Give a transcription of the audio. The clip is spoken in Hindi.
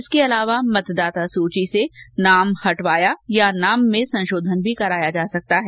इसके अलावा मतदाता सूची से नाम हटवाया या नाम में संशोधन भी कराया जा सकता है